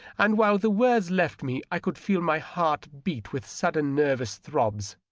and while the words left me i could feel my heart beat with sudden nervous throbs,